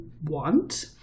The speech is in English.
want